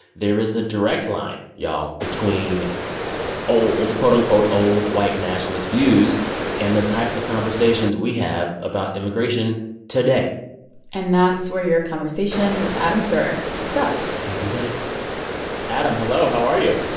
there is a direct line, y'all, between old, quote-unquote, old white nationalist views and the types of conversations we have about immigration today and that's where your conversation with adam serwer picks up exactly adam, hello. how are you?